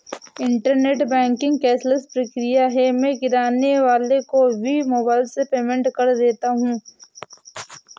internet banking cashless प्रक्रिया है मैं किराने वाले को भी मोबाइल से पेमेंट कर देता हूँ